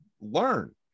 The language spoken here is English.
Learn